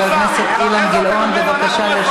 חבר הכנסת אילן גילאון, בבקשה.